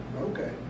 Okay